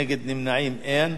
נגד, אין, נמנעים, אין.